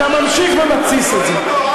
אתה ממשיך ומתסיס את זה,